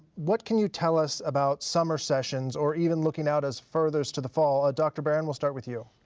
what can you tell us about summer sessions or even looking out as furthers to the fall? ah dr. barron, we'll start with you.